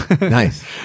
nice